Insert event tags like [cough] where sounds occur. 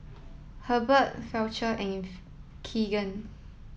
Hurbert Fletcher and [unintelligible] Keegan